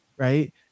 Right